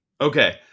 Okay